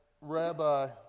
Rabbi